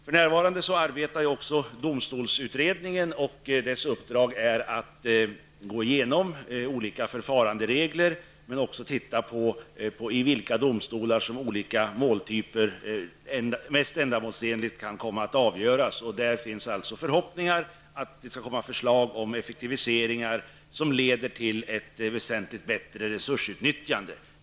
För närvarande arbetar domstolsutredningen, som har i uppdrag att gå igenom olika förfaringsregler. Men man skall också ta reda på vid vilka domstolar olika måltyper mest ändamålsenligt kan komma att avgöras. I det avseendet finns det förhoppningar om att det skall komma förslag om effektiviseringar som leder till ett väsentligt bättre resursutnyttjande.